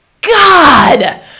god